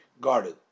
guarded